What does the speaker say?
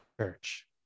church